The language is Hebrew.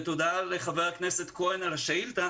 ותודה לחבר הכנסת כהן על השאילתה